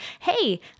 Hey